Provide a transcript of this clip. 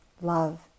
love